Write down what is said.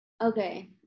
Okay